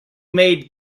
made